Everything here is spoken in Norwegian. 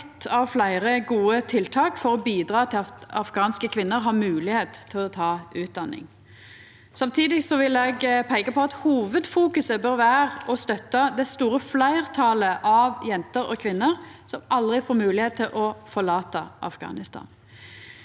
vera eitt av fleire gode tiltak for å bidra til at afghanske kvinner har moglegheit til å ta utdanning. Samtidig vil eg peika på at hovudfokuset bør vera å støtta det store fleirtalet av jenter og kvinner som aldri får moglegheit til å forlata Afghanistan.